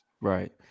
right